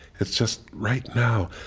it's just right now,